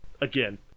again